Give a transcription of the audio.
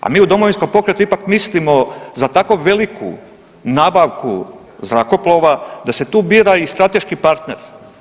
A mi u Domovinskom pokretu ipak mislimo za tako veliku nabavku zrakoplova da se tu bira i strateški partner.